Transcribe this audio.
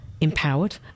empowered